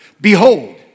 Behold